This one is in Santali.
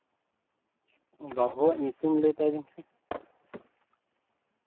ᱵᱟᱹᱵᱩᱣᱟᱜ ᱧᱩᱛᱩᱢ ᱞᱟᱹᱭ ᱛᱟᱭ ᱵᱤᱱ ᱥᱮ